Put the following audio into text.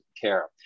care